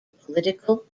political